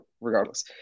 regardless